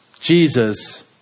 Jesus